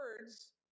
words